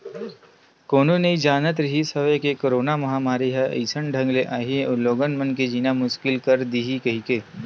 कोनो नइ जानत रिहिस हवय के करोना महामारी ह अइसन ढंग ले आही अउ लोगन मन के जीना मुसकिल कर दिही कहिके